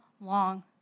long